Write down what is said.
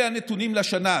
אלה הנתונים של השנה.